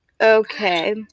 Okay